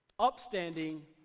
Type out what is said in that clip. upstanding